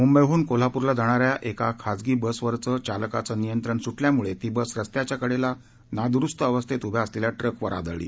मुंबईहन कोल्हापुरला जाणा या एका खाजगी बसवरचं चालकाचं नियंत्रण सुटल्यामुळे ती बस रस्त्याच्या कडेला नाद्रुस्त अवस्थैत उभ्या असलेल्या ट्रकवर आदळली